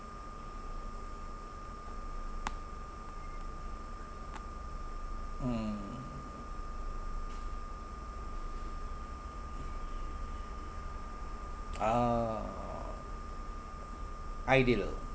mm oh ideal